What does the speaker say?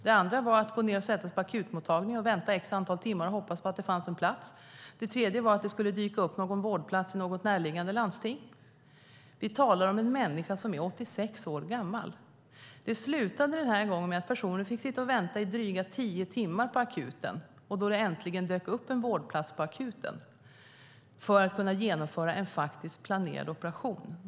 Det andra var att sitta på akutmottagningen, vänta ett visst antal timmar och hoppas på att det fanns en plats. Det tredje var att det skulle dyka upp någon vårdplats i något närliggande landsting. Vi talar om en människa som är 86 år gammal. Det slutade den här gången med att personen fick sitta och vänta i drygt tio timmar på akuten tills det äntligen dök upp en vårdplats på akuten så att man kunde genomgöra en planerad operation.